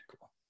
cool